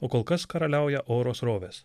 o kol kas karaliauja oro srovės